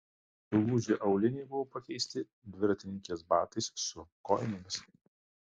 sulūžę auliniai buvo pakeisti dviratininkės batais su kojinėmis